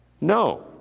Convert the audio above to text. no